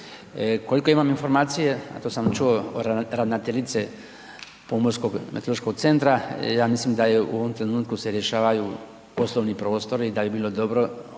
Koliko imam informacije, a to sam čuo od ravnateljice Pomorskog meteorološkog centra ja mislim da je u ovom trenutku se rješavaju poslovni prostori i da bi bilo dobro